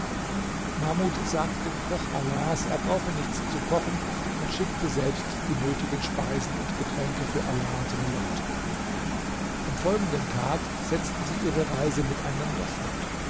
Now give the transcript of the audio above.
mahmud sagte dem koch alas er brauche nichts zu kochen und schickte selbst die nötigen speisen und getränke für ala und seine leute am folgenden tag setzen sie ihre reise miteinander fort